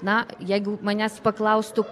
na jeigu manęs paklaustų